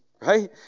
Right